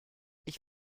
ich